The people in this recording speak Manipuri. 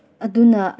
ꯑꯗꯨꯅ